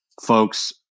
folks